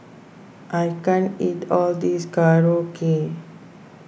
I can't eat all this Korokke